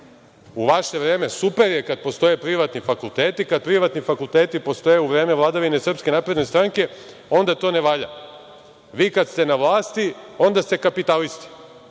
U vaše vreme super je kada postoje privatni fakulteti, kada privatni fakulteti postoje u vreme vladavine SNS, onda to ne valja. Vi i kada ste na vlasti onda ste kapitalisti,